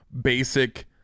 basic